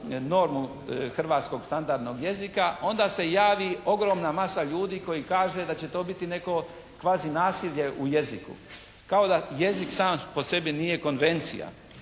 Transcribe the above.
normu hrvatskog standardnog jezika onda se javi ogromna masa ljudi koji kaže da će to biti neko kvazi nasilje u jeziku, kao da jezik sam po sebi nije konvencija.